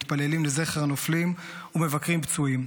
מתפללים לזכר הנופלים ומבקרים פצועים,